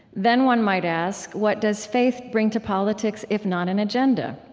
then one might ask, what does faith bring to politics if not an agenda?